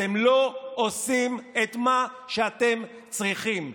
אתם לא עושים את מה שאתם צריכים,